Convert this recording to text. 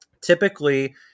typically